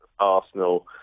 Arsenal